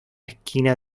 esquina